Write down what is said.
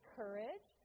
courage